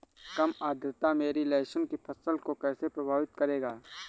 कम आर्द्रता मेरी लहसुन की फसल को कैसे प्रभावित करेगा?